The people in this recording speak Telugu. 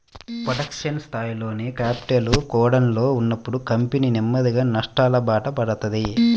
ప్రొడక్షన్ స్థాయిలోనే క్యాపిటల్ గోడౌన్లలో ఉన్నప్పుడు కంపెనీ నెమ్మదిగా నష్టాలబాట పడతది